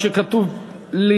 אני מבקשת להעביר לוועדת, כתוב לי